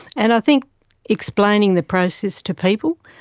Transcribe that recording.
and i think explaining the process to people,